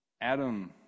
Adam